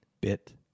bit